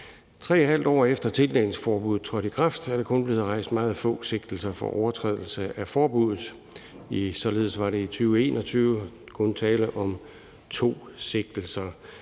5 år efter tildækningsforbuddet trådte i kraft, er der kun blevet rejst meget få sigtelser for overtrædelse af forbuddet. Således var der i 2021 kun tale om to sigtelser.